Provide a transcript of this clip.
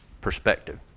perspective